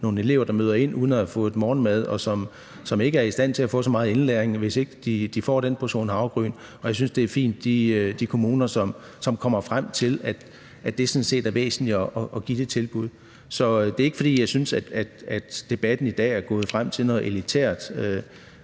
nogle elever, der møder ind uden at have fået morgenmad, og som ikke er i stand til at få så meget indlæring, hvis ikke de får den portion havregryn. Så jeg synes, det er fint, at de kommuner kommer frem til, at det sådan set er væsentligt at give det tilbud. Så det er ikke, fordi jeg synes, at debatten i dag er nået frem til noget elitært.